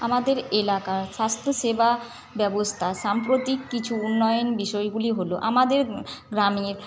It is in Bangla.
আমাদের এলাকা স্বাস্থ্যসেবা ব্যবস্থা সাম্প্রতিক কিছু উন্নয়ন বিষয়গুলি হল আমাদের গ্রামে